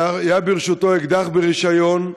שהיה ברשותו אקדח ברישיון,